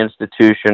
institution